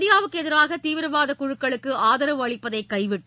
இந்தியாவிற்கு எதிரான தீவிரவாத குழுக்களுக்கு ஆதாவு அளிப்பதைக் கைவிட்டு